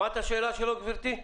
שמעת את השאלה שלו, גברתי?